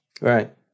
Right